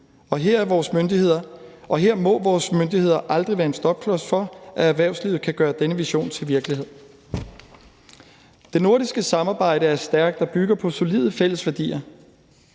her må vores myndigheder aldrig være en stopklods for, at erhvervslivet kan gøre denne vision til virkelighed. Det nordiske samarbejde er stærkt og bygger på solide fælles værdier,